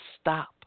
stop